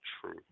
true